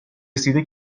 رسیده